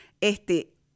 Este